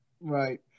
Right